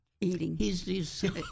eating